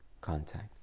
contact